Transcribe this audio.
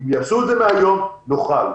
אם יעשו את זה מהיום נוכל.